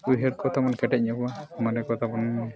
ᱩᱭᱦᱟᱹᱨ ᱠᱚ ᱛᱟᱵᱚᱱ ᱠᱮᱴᱮᱡ ᱧᱚᱜᱟ ᱢᱚᱱᱮ ᱠᱚ ᱛᱟᱵᱚᱱ